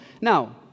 Now